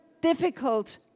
difficult